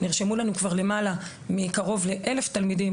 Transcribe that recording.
שבה נרשמו לנו כבר קרוב ל-1,000 תלמידים,